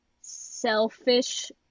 selfish